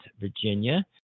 Virginia